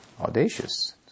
audacious